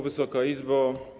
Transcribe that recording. Wysoka Izbo!